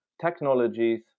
Technologies